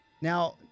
Now